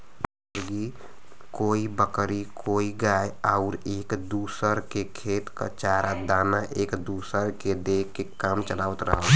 मुर्गी, कोई बकरी कोई गाय आउर एक दूसर के खेत क चारा दाना एक दूसर के दे के काम चलावत रहल